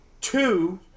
Two